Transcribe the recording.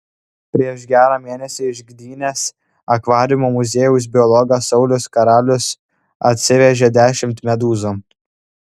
prieš gerą mėnesį iš gdynės akvariumo muziejaus biologas saulius karalius atsivežė dešimt medūzų